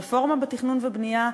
רפורמה בתכנון ובבנייה,